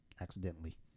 accidentally